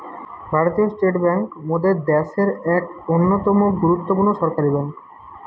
ভারতীয় state bank মোদের দ্যাশের এক অন্যতম গুরুত্বপূর্ণ সরকারি বেঙ্ক